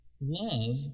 love